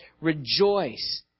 rejoice